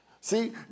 See